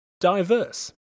diverse